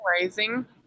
Rising